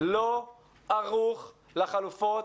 לא ערוך לחלופות,